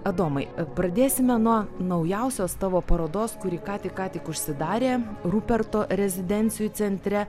adomai pradėsime nuo naujausios tavo parodos kuri ką tik ką tik užsidarė ruperto rezidencijų centre